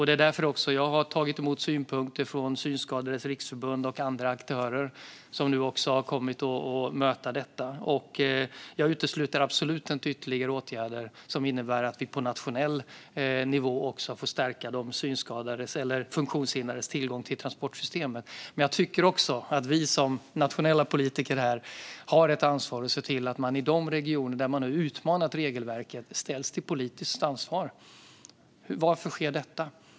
Det är också därför jag har tagit emot synpunkter från Synskadades Riksförbund och andra aktörer, som handlar om att möta detta. Jag utesluter absolut inte ytterligare åtgärder som innebär att vi även på nationell nivå får stärka de synskadades eller funktionshindrades tillgång till transportsystemet. Men jag tycker också att vi som nationella politiker här har ett ansvar att se till att man i de regioner där man har utmanat regelverket ställs till politiskt ansvar. Varför sker detta?